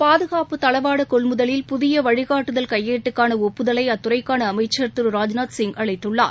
பாதுகாப்பு தளவாடகொள்முதலில் புதியவழிகாட்டுதல் கையேட்டுக்கானஒப்புதலைஅத்துறைக்கானஅமைச்சர் திரு ராஜ்நாத் சிங் அளித்துள்ளார்